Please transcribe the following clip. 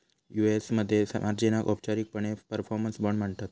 UAS मध्ये मार्जिनाक औपचारिकपणे परफॉर्मन्स बाँड म्हणतत